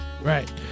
Right